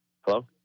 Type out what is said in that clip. Hello